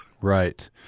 Right